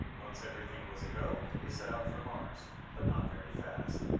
once everything was a go, we set out for mars, but not very fast.